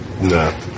No